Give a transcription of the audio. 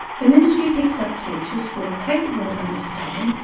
the ministry picks up teachers who are capable of understanding,